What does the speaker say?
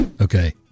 Okay